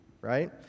right